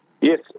Yes